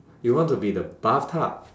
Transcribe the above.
you want to be the bathtub